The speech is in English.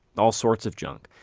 all sorts of junk.